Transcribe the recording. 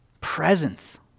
presence